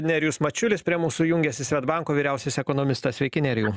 nerijus mačiulis prie mūsų jungiasi svedbanko vyriausias ekonomistas sveiki nerijau